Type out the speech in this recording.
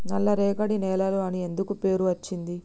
నల్లరేగడి నేలలు అని ఎందుకు పేరు అచ్చింది?